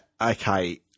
okay